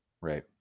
Right